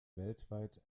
weltweit